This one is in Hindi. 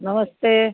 नमस्ते